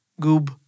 goob